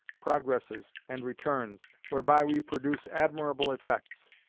progresses, and returns, whereby we produce admirable effects.